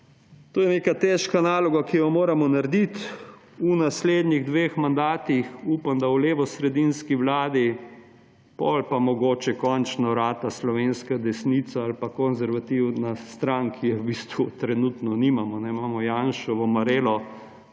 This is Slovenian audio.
To je neka težka naloga, ki jo moramo narediti v naslednje dveh mandatih, upam, da v levosredinski vladi, potem pa mogoče končno rata slovenska desnica ali pa konservativna stran, ki je v bistvu trenutno nimamo. Imamo Janševo marelo